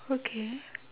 okay